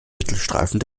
mittelstreifen